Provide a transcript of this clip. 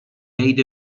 aid